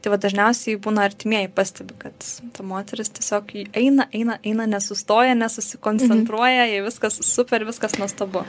tai va dažniausiai būna artimieji pastebi kad moteris tiesiog eina eina eina nesustoja nesusikoncentruoja jai viskas super viskas nuostabu